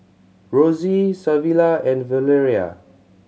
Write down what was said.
Rosey Savilla and Valeria